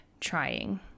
trying